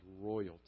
royalty